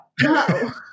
No